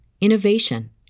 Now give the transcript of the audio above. innovation